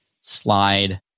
slide